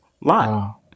lot